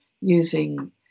using